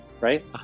right